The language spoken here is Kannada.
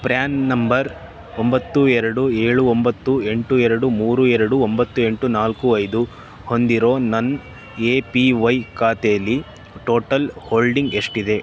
ಪ್ರ್ಯಾನ್ ನಂಬರ್ ಒಂಬತ್ತು ಎರಡು ಏಳು ಒಂಬತ್ತು ಎಂಟು ಎರಡು ಮೂರು ಎರಡು ಒಂಬತ್ತು ಎಂಟು ನಾಲ್ಕು ಐದು ಹೊಂದಿರೋ ನನ್ನ ಎ ಪಿ ವೈ ಖಾತೆಯಲ್ಲಿ ಟೋಟಲ್ ಹೋಲ್ಡಿಂಗ್ ಎಷ್ಟಿದೆ